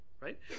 right